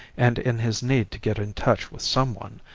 and in his need to get in touch with some one,